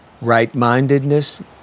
Right-mindedness